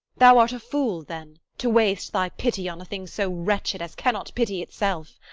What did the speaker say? thou art a fool, then, to waste thy pity on a thing so wretched as cannot pity itself.